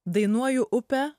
dainuoju upę